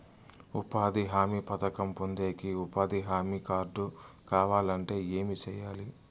ఉపాధి హామీ పథకం పొందేకి ఉపాధి హామీ కార్డు కావాలంటే ఏమి సెయ్యాలి?